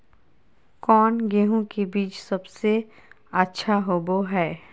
कौन गेंहू के बीज सबेसे अच्छा होबो हाय?